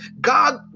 God